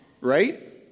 right